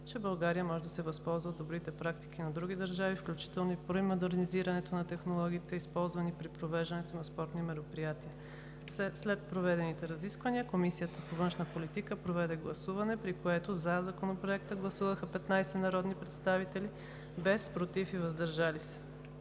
че България може да се възползва от добрите практики на други държави, включително при модернизирането на технологиите, използвани при провеждането на спортни мероприятия. След проведените разисквания Комисията по външна политика проведе гласуване, при което „за“ Законопроекта гласуваха 15 народни представители, без „против“ и „въздържал се“.